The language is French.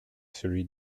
celui